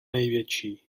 největší